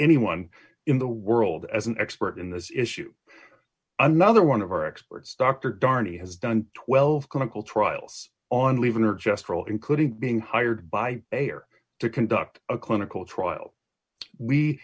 anyone in the world as an expert in this issue another one of our experts dr darren he has done twelve clinical trials on leave in or just roll including being hired by a or to conduct a clinical trial we